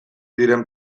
diren